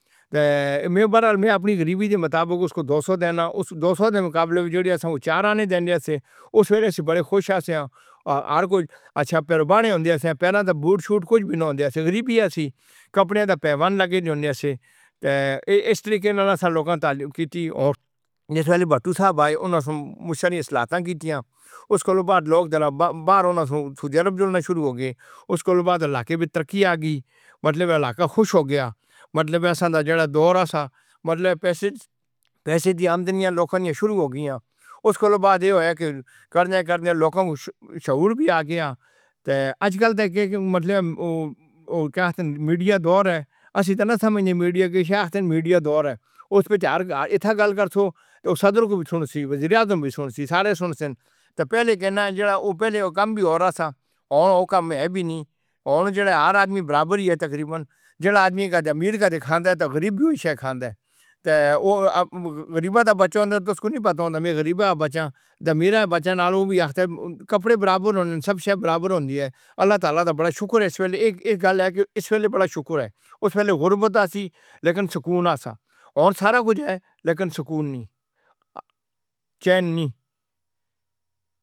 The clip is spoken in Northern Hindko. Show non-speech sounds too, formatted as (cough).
تے! (hesitation) میں اپنی غریبی دے مطابق اس کی دو سو دینا۔ اس دو سو دے مقابلے وچ جیڑے اسساں او چار آنے دینے سے، اوس ویلے اسساں بڑے خوش آ سیاں، اچھا، ہر کج۔ اچھا پھر بانے ہوندیا سیاں، پیراں دے بوٹ شوٹ کج وی نی ہوندے سے، غریبی آ سی۔ کپڑے دے پیوند لگے ہوندیا سے۔ تے اس طریقے نال اسساں لوکاں تعلیم کیتی اور جس ویلے بھٹو صاحب آئےاننا اسسوں مشاں دی صلاحیتاں کیتاں۔ اسدو بعد لوک زرا سعودی عرب اوتھوں باہر جلنا شروع ہوگئے۔ اس کولو بعد علاقے وچ ترقی آگئی۔ مطلب اے کے علاقہ خوش ہوگیا۔ ۔مطلب اے اسساڑا جیسا دور آساں ۔مطلب اے پیساں دی آنند نیاں لوکاں دی شروع ہوگئیاں۔ اس کولو بعد اے ہویا کے کرنے کرنے لوکاں (hesitation) شعور بھی آ گیا۔ تے آج کل دور، او کے آخدے ھن کے میڈیا دور اے، اسسی تے نہ سمجھنے میڈیا کے شہ آخدے ہن، میڈیا دور اے، اس وچ ہر ایتھا گل کرسو، اتھے صدر وی سن سی، وزیرِاعظم وی سن سی۔ سارے سن سے نین۔ تے پہلے کہننا اے کے پہلے کم وی ہور یا سا۔ ہن او کم ہے وی نی۔ ہن جیڑا ہر آدمی برابر ای اے توریبًا۔ جیڑا امیر کج کھاندہ اے، تے غریب وی او ہی شے کھاندا ہن۔ تے او اب غریبا دا بچہ ہوندا اے تے اسکو نی پتہ ہوندہ اے کے میں غریبا آ بچہ آں۔ تے امیراں تے بچے نال او وی آخدا اے کے کپڑے برابر ہون۔ سب شے برابر ہوندی اے۔ اللہ تعالیٰ دہ بڑا شکر اے کے اس ویلے (hesitation) اس ویلے بڑا شکر اے۔ اس ویلے غربت آ سی لیکن سکون آسا۔ اور سارا کج اے لیکن سکون نی، (hesitation) چین نی!